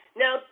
now